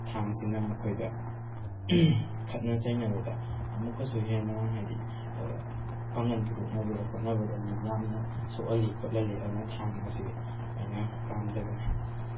ꯊꯥꯡꯁꯤꯅ ꯑꯩꯈꯣꯏꯗ ꯈꯠꯅ ꯆꯩꯅꯕꯗ ꯑꯃꯨꯛꯀꯁꯨ ꯍꯦꯟꯅ ꯍꯥꯏꯗꯤ ꯄꯥꯡꯒꯜ ꯐꯨꯗꯣꯛꯅꯕꯗ ꯈꯣꯠꯅꯕꯗ ꯃꯤ ꯌꯥꯝꯅ ꯁꯣꯛꯍꯜꯂꯤ ꯈꯣꯠꯍꯜꯂꯤ ꯑꯗꯨꯅ ꯊꯥꯡ ꯑꯁꯤ ꯑꯩꯅ ꯄꯥꯝꯗꯕꯅꯤ